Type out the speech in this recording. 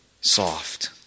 soft